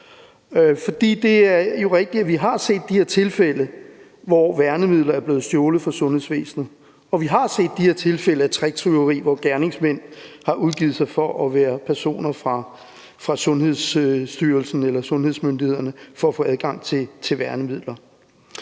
vi har set de her tilfælde, hvor værnemidler er blevet stjålet fra sundhedsvæsenet, og vi har set de her tilfælde af tricktyveri, hvor gerningsmænd har udgivet sig for at være personer fra Sundhedsstyrelsen eller sundhedsmyndighederne for at få adgang til værnemidler.